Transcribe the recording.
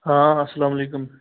ہاں السلام علیکُم